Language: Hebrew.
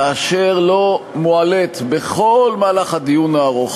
כאשר לא מועלית בכל מהלך הדיון הארוך